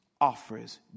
offers